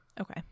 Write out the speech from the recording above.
Okay